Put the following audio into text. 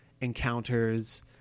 encounters